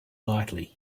lightly